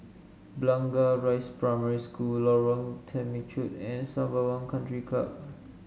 Blangah Rise Primary School Lorong Temechut and Sembawang Country Club